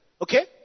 Okay